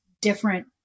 different